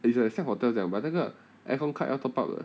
it's like hotel 这样 but 那个 aircon card 要 top up 的